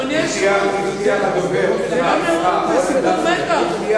חבר הכנסת מוזס